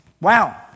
Wow